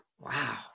Wow